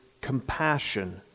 compassion